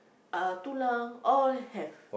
uh tulang all have